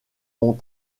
ont